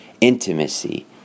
intimacy